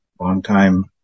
longtime